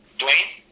Dwayne